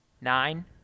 Nine